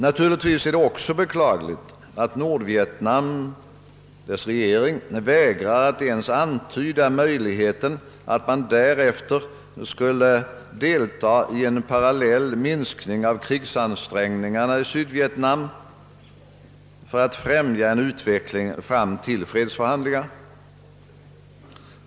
Naturligtvis är det också beklagligt att Nordvietnams regering vägrar att ens antyda möjligheten att den därefter skulle delta i en parallell minskning av krigsansträngningarna i Vietnam för att främja en utveckling fram till fredsförhandlingar.